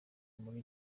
muri